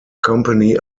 company